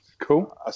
Cool